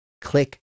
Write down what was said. click